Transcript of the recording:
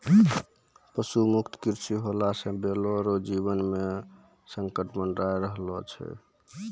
पशु मुक्त कृषि होला से बैलो रो जीवन मे संकट मड़राय रहलो छै